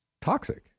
toxic